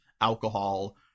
alcohol